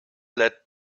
led